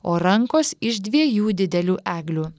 o rankos iš dviejų didelių eglių